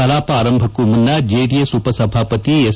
ಕಲಾಪ ಆರಂಭಕ್ಕೂ ಮುನ್ನ ಜೆಡಿಎಸ್ ಉಪಸಭಾಪತಿ ಎಸ್